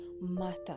matter